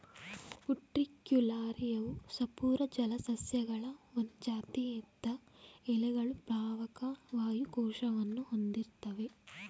ಉಟ್ರಿಕ್ಯುಲಾರಿಯವು ಸಪೂರ ಜಲಸಸ್ಯಗಳ ಒಂದ್ ಜಾತಿ ಇದ್ರ ಎಲೆಗಳು ಪ್ಲಾವಕ ವಾಯು ಕೋಶವನ್ನು ಹೊಂದಿರ್ತ್ತವೆ